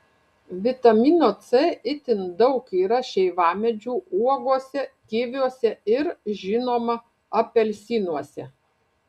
vitamino c itin daug yra šeivamedžių uogose kiviuose ir žinoma apelsinuose